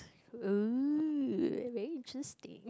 uh very interesting